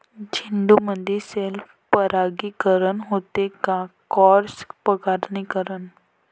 झेंडूमंदी सेल्फ परागीकरन होते का क्रॉस परागीकरन?